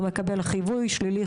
הוא מקבל חיווי שלילי,